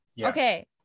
Okay